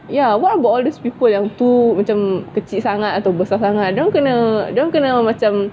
ya what about all those people yang tu macam kecil sangat atau besar sangat dorang kena dorang kena macam